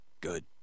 Good